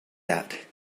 that